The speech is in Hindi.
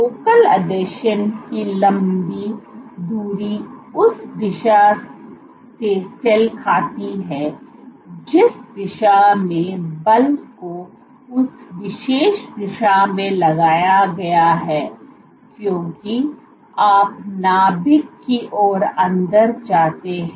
फोकल आसंजन की लंबी धुरी उस दिशा से मेल खाती है जिस दिशा में बल को उस विशेष दिशा में लगाया गया है क्योंकि आप नाभिक की ओर अंदर जाते हैं